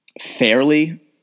fairly